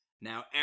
Now